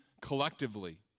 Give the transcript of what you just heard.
collectively